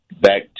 back